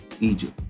Egypt